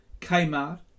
Kmart